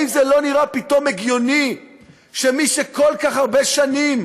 האם זה לא נראה פתאום הגיוני שמי שכל כך הרבה שנים